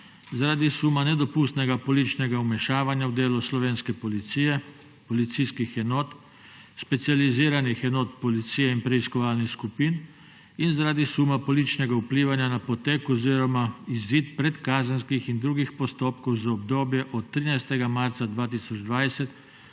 zaradi suma nedopustnega političnega vmešavanja v delo slovenske policije, policijskih enot, specializiranih enot policije in preiskovalnih skupin in zaradi suma političnega vplivanja na potek oziroma izid predkazenskih in drugih postopkov za obdobje od 13. marca 2020